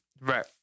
Right